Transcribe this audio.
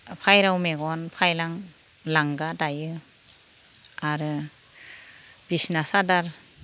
फारौ मेगन खायलां लांगा दायो आरो बिसना सादोर